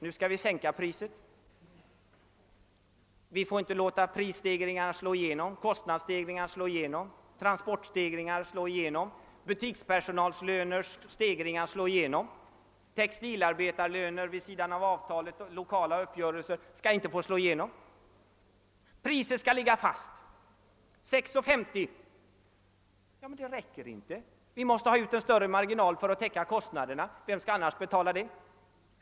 Nu skall vi pressa priset, vi får inte låta prisstegringarna slå igenom, kostnadsstegringarna slå igenom, transportstegringarna slå igenom, butikspersonalens lönestegringar = slå igenom; textilarbetarlöner vid sidan av avtalet genom lokala uppgörelser skall inte få slå igenom. Priset skall ligga fast — 6:50. Men om det inte räcker? Öm vi måste ha större marginal för att täcka kostnaderna — vem skall betaia dem?